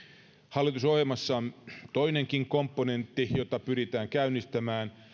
hallitusohjelmassa on toinenkin komponentti jota pyritään käynnistämään